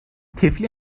طفلی